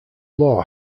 law